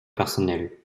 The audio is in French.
personnelle